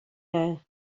now